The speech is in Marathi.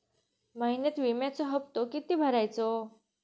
महिन्यात विम्याचो हप्तो किती भरायचो?